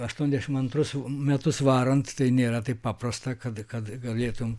aštuoniasdešimt antrus metus varant tai nėra taip paprasta kad kad galėtum